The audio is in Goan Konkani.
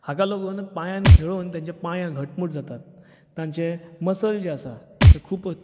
हाका लागून पांयान खेळून तांचे पांये घट मूट जातात तांचे मसल जे आसा हे खुबूच